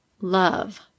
love